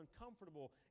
uncomfortable